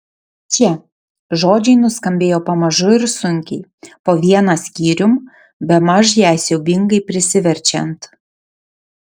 čia žodžiai nuskambėjo pamažu ir sunkiai po vieną skyrium bemaž jai siaubingai prisiverčiant